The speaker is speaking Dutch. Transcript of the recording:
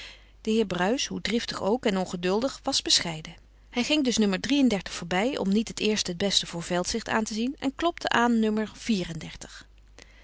de heer bruis hoe driftig ook en ongeduldig was bescheiden hij ging dus no voorbij om niet het eerste het beste voor veldzicht aan te zien en klopte aan